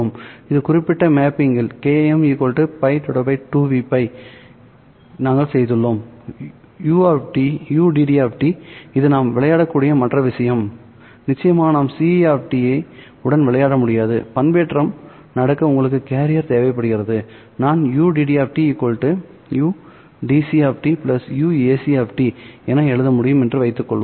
இந்த குறிப்பிட்ட மேப்பிங்கில் kAM π 2Vπ நாங்கள் செய்துள்ளோம் ud இது நாம் விளையாடக்கூடிய மற்ற விஷயம் நிச்சயமாக நாம் c உடன் விளையாட முடியாது பண்பேற்றம் நடக்க உங்களுக்கு கேரியர் தேவைப்படுகிறது நான் ud u¿¿ dc uac என எழுத முடியும் என்று வைத்துக்கொள்வோம்